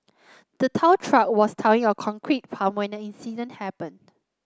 the tow truck was towing a concrete pump in the incident happened